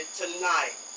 tonight